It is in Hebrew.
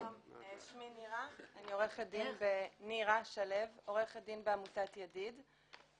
אני עורכת דין בעמותת "ידיד".